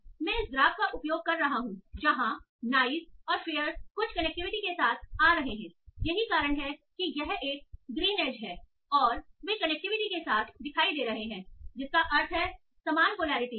इसलिए मैं इस ग्राफ का उपयोग कर रहा हूं जहां नाइस और फेयर कुछ कनेक्टिविटी के साथ आ रहे हैं यही कारण है कि यह एक ग्रीन एज है और वे कनेक्टिविटी के साथ दिखाई दे रहे हैं जिसका अर्थ है समान पोलैरिटी